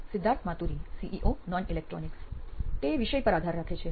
Siddharth Maturi CEO નોઇન electronics તે વિષય ઉપર આધાર રાખે છે